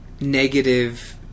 negative